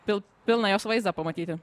pil pilną jos vaizdą pamatyti